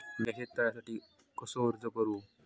मीया शेत तळ्यासाठी कसो अर्ज करू?